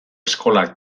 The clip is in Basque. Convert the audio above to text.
eskola